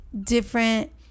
different